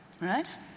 right